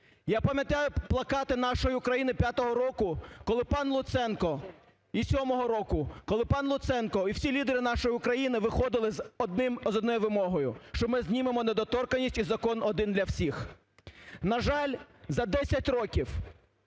Я пам'ятаю плакати "Нашої України" 2005 року, коли пан Луценко… і 2007 року, коли пан Луценко і всі лідери "Нашої України" виходили з однією вимогою, що ми знімемо недоторканність і закон один для всіх. На жаль, за 10 років